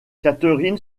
catherine